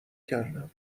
کردم